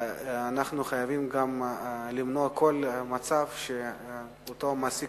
אנחנו חייבים גם למנוע כל מצב שאותו מעסיק